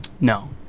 No